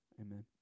Amen